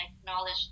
acknowledge